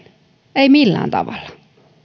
ei millään tavalla